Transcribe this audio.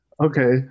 Okay